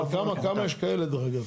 אבל כמה, כמה יש כאלה, דרך אגב?